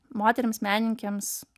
moterims menininkėms